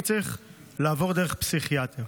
אני צריך לעבור דרך פסיכיאטר.